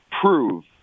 prove